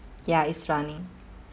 ya it's running